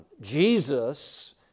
jesus